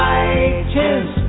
Titans